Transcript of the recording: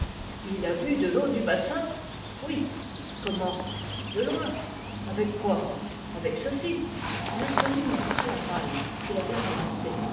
et il a bu de l'eau du bassin oui comment de loin avec quoi avec ceci l'inconnu montra la paille qu'il avait ramassée